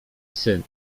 syn